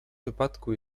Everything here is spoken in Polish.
wypadku